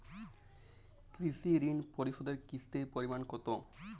কৃষি ঋণ পরিশোধের কিস্তির পরিমাণ কতো?